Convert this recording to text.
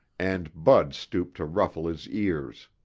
and bud stooped to ruffle his ears.